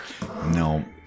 No